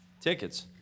tickets